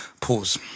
pause